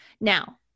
Now